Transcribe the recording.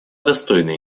достойная